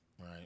right